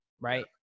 Right